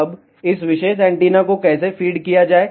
अब इस विशेष एंटीना को कैसे फीड किया जाए